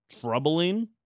troubling